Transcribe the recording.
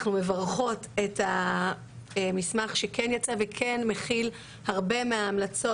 אנחנו מברכות את המסמך שכן יצא וכן מכיל הרבה מההמלצות